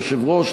יושב-ראש,